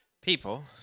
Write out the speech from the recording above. people